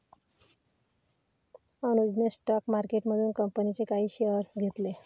अनुजने स्टॉक मार्केटमधून कंपनीचे काही शेअर्स घेतले